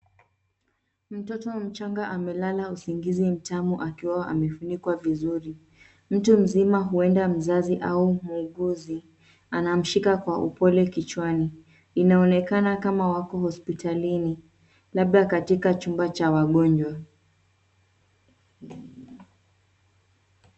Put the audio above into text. Mtoto mchanga amelala usingizi mtamu akiwa amefunikwa vizuri. Mtu mzima huenda mzazi au muuguzi anamshika kwa upole kichwani. Inaonekana kama wako hospitani labda katika chumba cha wagonjwa.